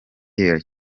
yera